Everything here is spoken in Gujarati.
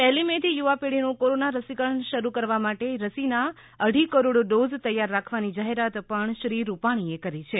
પહેલી મે થી યુવાપેઢીનું કોરોના રસીકરણ શરૂ કરવા માટે રસીના અઢી કરોડ ડોઝ તૈયાર રાખવાની જાહેરાત પણ શ્રી રૂપાણીએ કરી છે